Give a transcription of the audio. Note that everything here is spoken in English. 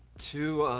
to ah,